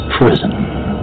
prison